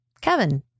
Kevin